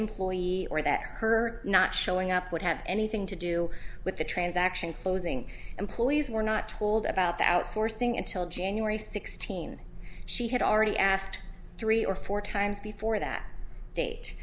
employee or that her not showing up would have anything to do with the transaction closing employees were not told about the outsourcing until january sixteen she had already asked three or four times before that date